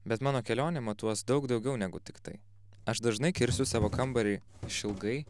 bet mano kelionė matuos daug daugiau negu tiktai aš dažnai kirsiu savo kambarį išilgai